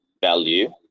value